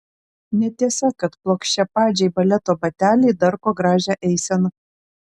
netiesa kad plokščiapadžiai baleto bateliai darko gražią eiseną